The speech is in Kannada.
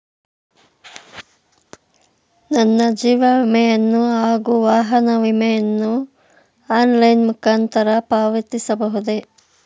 ನನ್ನ ಜೀವ ವಿಮೆಯನ್ನು ಹಾಗೂ ವಾಹನ ವಿಮೆಯನ್ನು ಆನ್ಲೈನ್ ಮುಖಾಂತರ ಪಾವತಿಸಬಹುದೇ?